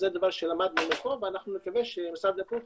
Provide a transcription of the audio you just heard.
זה דבר שלמדנו מפה ואני מקווה שמשרד הבריאות